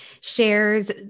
shares